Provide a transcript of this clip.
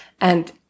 And-